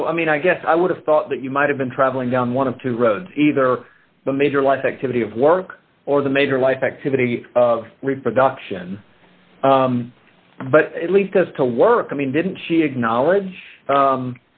so i mean i guess i would have thought that you might have been traveling down one of two roads either a major life it to be of work or the major life activity of reproduction but at least has to work i mean didn't she acknowledge